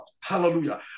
hallelujah